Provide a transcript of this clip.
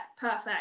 perfect